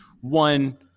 one